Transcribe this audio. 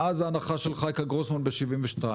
מאז ההנחה של חייקה גרוסמן ב-1972,